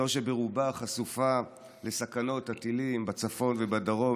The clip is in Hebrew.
זו שברובה חשופה לסכנות הטילים בצפון ובדרום,